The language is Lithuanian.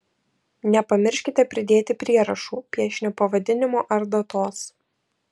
nepamirškite pridėti prierašų piešinio pavadinimo ar datos